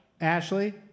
Ashley